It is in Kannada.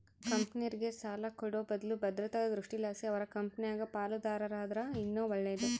ಕಂಪೆನೇರ್ಗೆ ಸಾಲ ಕೊಡೋ ಬದ್ಲು ಭದ್ರತಾ ದೃಷ್ಟಿಲಾಸಿ ಅವರ ಕಂಪೆನಾಗ ಪಾಲುದಾರರಾದರ ಇನ್ನ ಒಳ್ಳೇದು